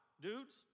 dudes